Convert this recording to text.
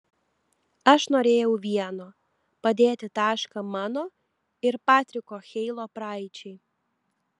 aš norėjau vieno padėti tašką mano ir patriko heilo praeičiai